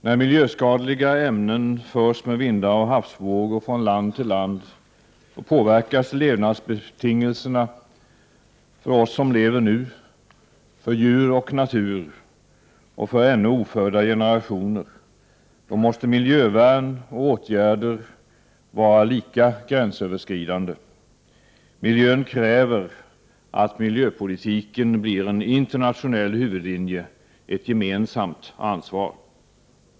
När miljöskadliga ämnen förs med vindar och havsvågor från land till land påverkas levnadsbetingelserna för oss som lever nu, för djur och natur och för ännu ofödda generationer. Då måste miljövärn och åtgärder vara lika gränsöverskridande. Miljön kräver att miljöpolitiken blir en internationell huvudlinje, ett gemensamt ansvar.